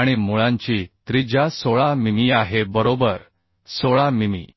आणि मुळांची त्रिज्या 16 मिमी आहे बरोबर 16 मिमी